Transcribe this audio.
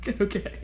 okay